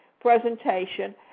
presentation